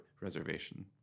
reservation